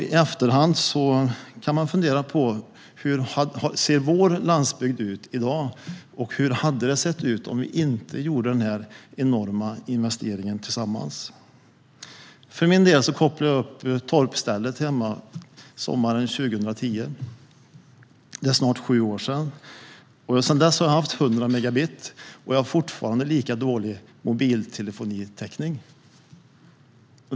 I efterhand kan vi fundera på hur vår landsbygd ser ut i dag och hur den hade sett ut om vi inte gjort denna enorma investering tillsammans. För min del kopplade jag upp torpet där hemma sommaren 2010. Det är snart sju år sedan. Sedan dess har jag haft 100 megabit, men jag har fortfarande dålig mobiltelefonitäckning.